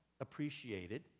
appreciated